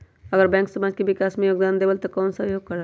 अगर बैंक समाज के विकास मे योगदान देबले त कबन सहयोग करल?